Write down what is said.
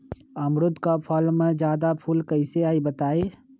अमरुद क फल म जादा फूल कईसे आई बताई?